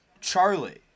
Charlie